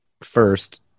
first